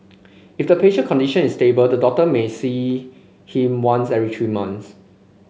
if the patient condition is stable the doctor may see him once every three months